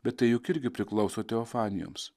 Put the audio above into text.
bet tai juk irgi priklauso teofanijoms